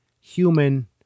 human